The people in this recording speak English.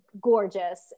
gorgeous